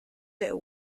der